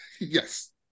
yes